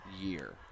year